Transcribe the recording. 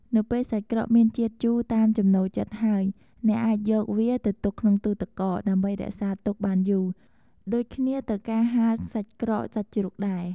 នៅពេលសាច់ក្រកមានជាតិជូរតាមចំណូលចិត្តហើយ អ្នកអាចយកវាទៅទុកក្នុងទូរទឹកកក ដើម្បីរក្សាទុកបានយូរ ដូចគ្នាទៅការហាលសាច់ក្រកសាច់ជ្រូកដែរ។